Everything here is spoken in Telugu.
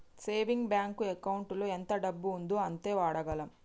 సేవింగ్ బ్యాంకు ఎకౌంటులో ఎంత డబ్బు ఉందో అంతే వాడగలం